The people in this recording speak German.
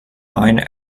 main